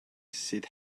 sydd